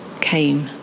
came